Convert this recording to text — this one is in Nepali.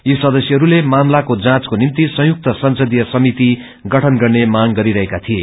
यी सदस्यहरूले मामलाको जाँचको निमित संयुक्त संसदीय समिति गइन गर्ने मांग गरिरहेका थिए